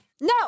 No